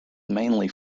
mainly